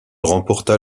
remporta